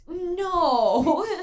No